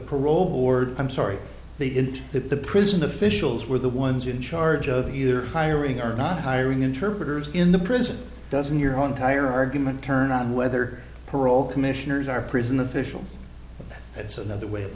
parole board i'm sorry the into that the prison officials were the ones in charge of either hiring or not hiring interpreters in the prison doesn't your on tire argument turn on whether parole commissioners are prison officials it's another way of